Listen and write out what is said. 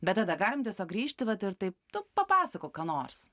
bet tada galim tiesiog grįžti vat ir taip tu papasakok ką nors